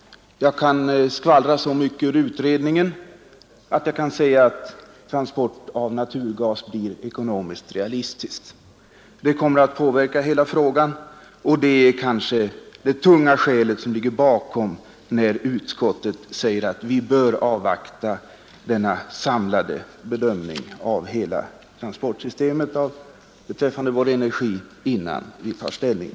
Jag kan skvallra så mycket ur utredningen att jag säger att transport av naturgas är ekonomiskt realistisk. Det kommer möjligen att påverka hela frågan om oljeförsörjningen, och det är det tunga skäl som ligger bakom när utskottet säger att vi bör avvakta denna samlade bedömning av hela transportsystemet beträffande vår energiförsörjning innan vi tar ställning.